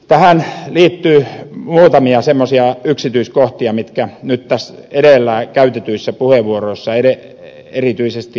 tähän liittyy muutamia semmoisia yksityiskohtia mitkä nyt edellä käytetyissä puheenvuoroissa erityisesti ed